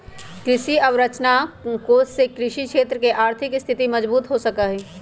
कृषि अवसरंचना कोष से कृषि क्षेत्र के आर्थिक स्थिति मजबूत हो सका हई